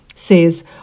Says